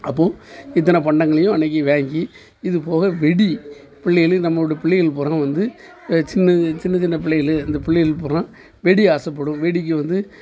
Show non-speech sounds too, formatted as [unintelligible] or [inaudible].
அப்புறம் இத்தனை பண்டங்களையும் அன்னைக்கு வாங்கி இதுப்போக வெடி பிள்ளைகளுக்கு நம்மளோட பிள்ளைகளுக்கு [unintelligible] வந்து சின்ன சின்ன சின்ன பிள்ளைகளுக்கு அந்த பிள்ளைகள் போகறனா வெடி ஆசைப்படும் வெடிக்கு வந்து